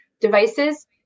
devices